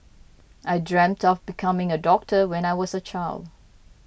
I dreamt of becoming a doctor when I was a child